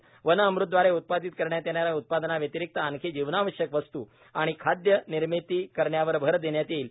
वनअमृतद्वारे उत्पादित करण्यात येणाऱ्या उत्पादनाव्यतिरिक्त आणखी जीवनावश्यक वस्तू आणि खादय पदार्थांची निर्मिती करण्यावर अर देण्यात येईल